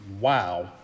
Wow